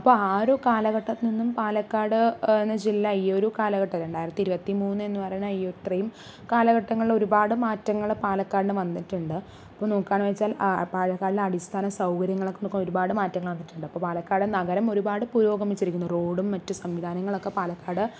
അപ്പോൾ ആ ഒരു കാലഘട്ടത്തിൽ നിന്നും പാലക്കാട് എന്ന ജില്ല ഈ ഒരു കാലഘട്ടം രണ്ടായിരത്തി ഇരുപത്തിമൂന്ന് എന്ന് പറയുന്ന ഈ ഇത്രയും കാലഘട്ടങ്ങളുടെ ഒരുപാട് മാറ്റങ്ങൾ പാലക്കാടിന് വന്നിട്ടുണ്ട് അപ്പോൾ നോക്കുകയാണ് വെച്ചാൽ പാലക്കാടിന് അടിസ്ഥാന സൗകര്യങ്ങളൊക്കെ ഒരുപാട് മാറ്റങ്ങൾ വന്നിട്ടുണ്ട് അപ്പോൾ പാലക്കാട് നഗരം ഒരുപാട് പുരോഗമിച്ചിരിക്കുന്നു റോഡും മറ്റ് സംവിധാനങ്ങളൊക്കെ പാലക്കാട്